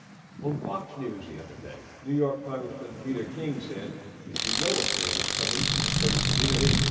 on fox news the other day, new york congressman peter king said if you know a threat is coming from a certain community,